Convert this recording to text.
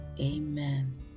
Amen